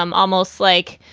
um almost like